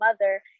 mother